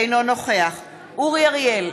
אינו נוכח אורי אריאל,